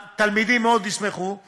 מבחן ראשון בתוך שלושה ימים.